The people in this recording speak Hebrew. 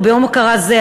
וביום הוקרה זה,